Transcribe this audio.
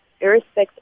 irrespective